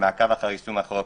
למעקב אחר יישום החוק